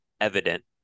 evident